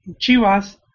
Chivas